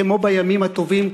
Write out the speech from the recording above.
כמו בימים הטובים,